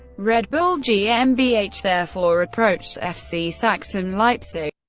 red bull gmbh therefore approached fc sachsen leipzig.